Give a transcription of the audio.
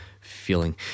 feeling